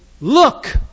look